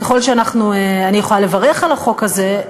שככל שאני יכולה לברך על החוק הזה,